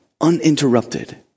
uninterrupted